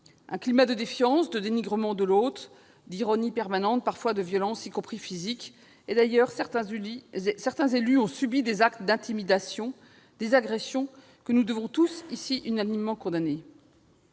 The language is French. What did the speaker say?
un climat de défiance, de dénigrement de l'autre, d'ironie permanente, parfois de violences, y compris physiques. D'ailleurs, certains élus ont subi des actes d'intimidation, des agressions, que nous devons tous ici unanimement condamner.